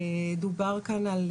דובר כאן על